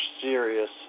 serious